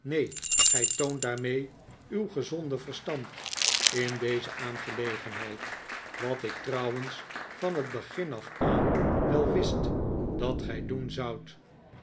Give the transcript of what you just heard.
neen gij toont daarmee uw gezonde verstand in deze aangelegenheid wat ik trouwens van het begin af aan wel wist dat gij doen zoudt